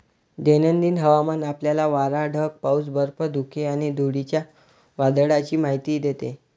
दैनंदिन हवामान आपल्याला वारा, ढग, पाऊस, बर्फ, धुके आणि धुळीच्या वादळाची माहिती देते